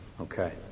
Okay